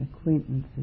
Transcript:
acquaintances